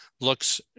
looks